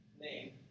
name